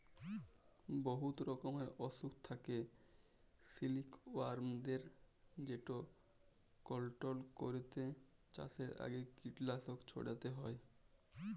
বহুত রকমের অসুখ থ্যাকে সিলিকওয়ার্মদের যেট কলট্রল ক্যইরতে চাষের আগে কীটলাসক ছইড়াতে হ্যয়